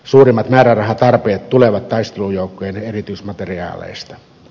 suurimmat määrärahatarpeet tulevat taistelujoukkojen erityismateriaaleista